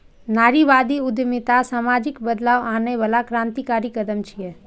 नारीवादी उद्यमिता सामाजिक बदलाव आनै बला क्रांतिकारी कदम छियै